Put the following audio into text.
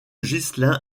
ghislain